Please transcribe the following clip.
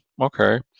okay